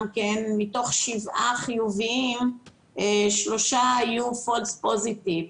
מתוך שבעה חיוביים שלושה היו false positive,